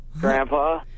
Grandpa